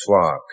flock